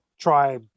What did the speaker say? try